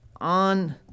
on